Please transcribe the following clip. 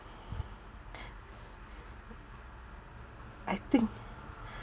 I think